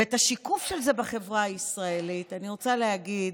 ואת השיקוף של זה בחברה הישראלית, אני רוצה להגיד,